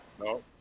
No